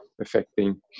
affecting